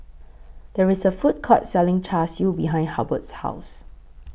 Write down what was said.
There IS A Food Court Selling Char Siu behind Hubbard's House